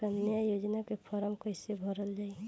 कन्या योजना के फारम् कैसे भरल जाई?